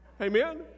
amen